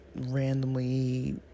randomly